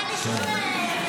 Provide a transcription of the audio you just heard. אין לי שום שמיעה